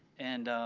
and